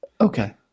Okay